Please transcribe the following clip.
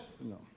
No